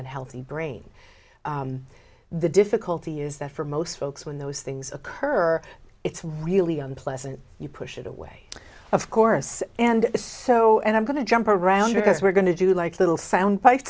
and healthy brain the difficulty is that for most folks when those things occur it's really unpleasant you push it away of course and so and i'm going to jump around because we're going to do like little sound bite